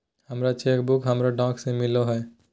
हमर चेक बुकवा हमरा डाक से मिललो हे